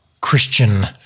Christian